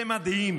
מדהים